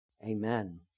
Amen